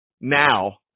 now